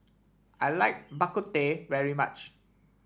I like Bak Kut Teh very much